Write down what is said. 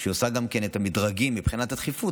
כשהיא עושה גם את המדרגים מבחינת הדחיפות,